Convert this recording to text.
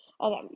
Okay